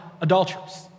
adulterers